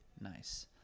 nice